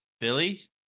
Billy